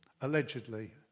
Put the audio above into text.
allegedly